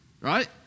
right